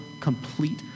complete